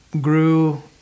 grew